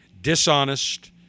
Dishonest